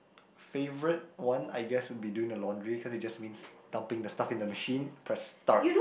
favourite one I guess would be doing the laundry cause it just means dumping the stuff in the machine press start